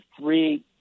three